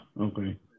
Okay